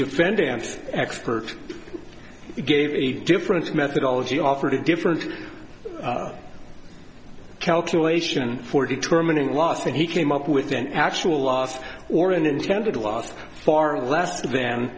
defendant's expert gave a different methodology offered a different calculation for determining loss and he came up with an actual last or in intended to last far less than